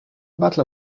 battle